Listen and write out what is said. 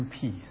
peace